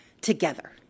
together